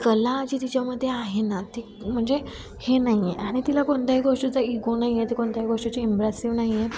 कला जी तिच्यामध्ये आहे ना ती म्हणजे हे नाही आहे आणि तिला कोणत्याही गोष्टीचा इगो नाही आहे ती कोणत्याही गोष्टीची इम्प्रेसिव्ह नाही आहे